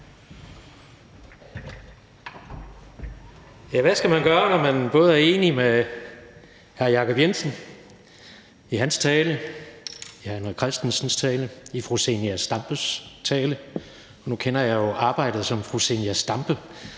Hvad skal man gøre, når man både er enig i hr. Jacob Jensens tale, i hr. René Christensens tale, i fru Zenia Stampes tale – og nu kender jeg jo arbejdet, som fru Zenia Stampe